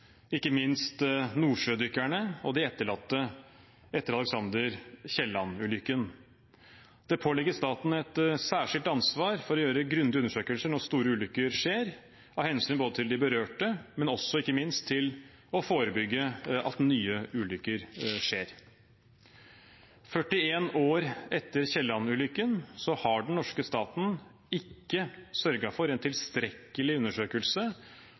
ikke minst nordsjødykkerne og de etterlatte etter Alexander L. Kielland-ulykken. Det påligger staten et særskilt ansvar for å gjøre grundige undersøkelser når store ulykker skjer, både av hensyn til de berørte og ikke minst for å forebygge at nye ulykker skjer. 41 år etter Kielland-ulykken har den norske staten ikke sørget for en tilstrekkelig undersøkelse